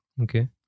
Okay